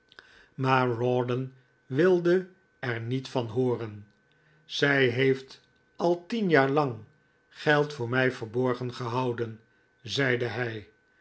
maar rawdon wilde er niet van hooren zij heeft al tien jaar lang geld voor mij verborgen gehouden zeide hij